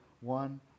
one